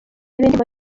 indirimbo